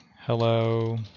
hello